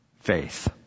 faith